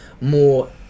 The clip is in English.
more